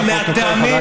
שמהטעמים,